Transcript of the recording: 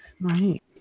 Right